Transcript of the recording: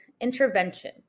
intervention